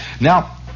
Now